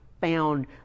found